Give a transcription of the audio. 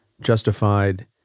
justified